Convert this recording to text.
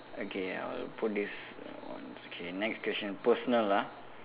okay I will put this on okay next question personal ah